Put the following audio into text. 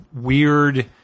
weird